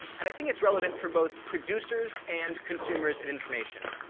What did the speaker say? and i think it's relevant for both producers and consumers of information.